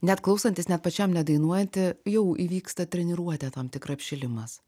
net klausantis net pačiam nedainuojant jau įvyksta treniruotė tam tikra apšilimas